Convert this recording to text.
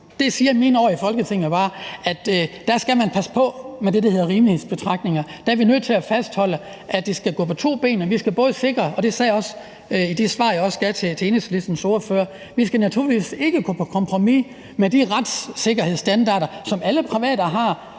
og mine år i Folketinget siger mig bare, at man skal passe på med det, der hedder rimelighedsbetragtninger. Der er vi nødt til at fastholde, at det skal gå på to ben. Vi skal sikre, og det sagde jeg også i det svar, jeg gav til Enhedslistens ordfører, at vi naturligvis ikke gå på kompromis med de retssikkerhedsstandarder, som alle private